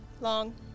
Long